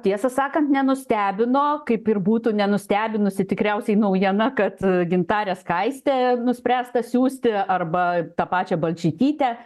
tiesą sakant nenustebino kaip ir būtų nenustebinusi tikriausiai naujiena kad gintarę skaistę nuspręsta siųsti arba tą pačią balčytytę